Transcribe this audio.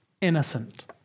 innocent